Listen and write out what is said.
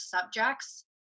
subjects